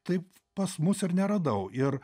taip pas mus ir neradau ir